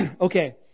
Okay